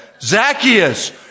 Zacchaeus